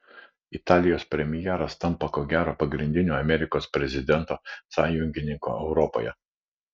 italijos premjeras tampa ko gero pagrindiniu amerikos prezidento sąjungininku europoje